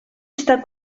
està